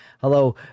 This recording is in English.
Hello